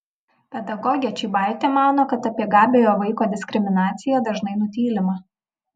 pedagogė čybaitė mano kad apie gabiojo vaiko diskriminaciją dažnai nutylima